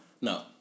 No